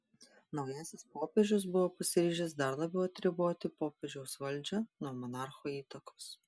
naujasis popiežius buvo pasiryžęs dar labiau atriboti popiežiaus valdžią nuo monarcho įtakos